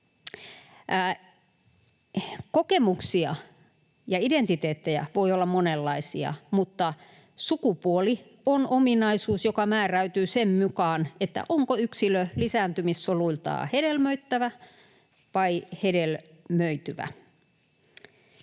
sukupuolikokemuksia ja ‑identiteettejä voi olla monenlaisia, mutta sukupuoli on ominaisuus, joka määräytyy sen mukaan, onko yksilö lisääntymissoluiltaan hedelmöittävä vai hedelmöityvä.